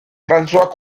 françois